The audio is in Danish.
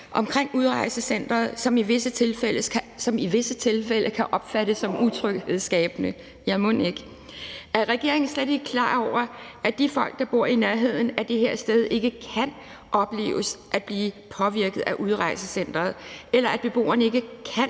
omkring udrejsecenteret, som i visse tilfælde kan opfattes som utryghedsskabende. Ja, mon ikke! Er regeringen slet ikke klar over, at de folk, der bor i nærheden af det her sted, ikke kan opleve at blive påvirket af udrejsecenteret, eller at beboerne ikke kan